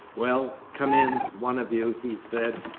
well, come in, one of you he said.